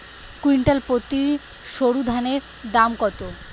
Quintal প্রতি সরুধানের দাম কত?